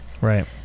Right